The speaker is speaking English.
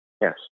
Yes